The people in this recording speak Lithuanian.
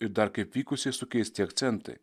ir dar kaip vykusiai sukeisti akcentai